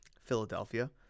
Philadelphia